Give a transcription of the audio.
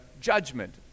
judgment